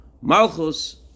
Malchus